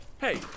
Hey